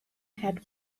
had